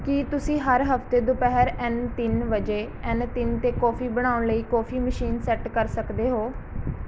ਕੀ ਤੁਸੀਂ ਹਰ ਹਫ਼ਤੇ ਦੁਪਹਿਰ ਐਨ ਤਿੰਨ ਵਜੇ ਐਨ ਤਿੰਨ 'ਤੇ ਕੌਫੀ ਬਣਾਉਣ ਲਈ ਕੌਫੀ ਮਸ਼ੀਨ ਸੈੱਟ ਕਰ ਸਕਦੇ ਹੋ